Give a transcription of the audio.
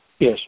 Yes